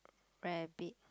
rabbit